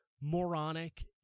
moronic